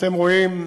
אתם רואים.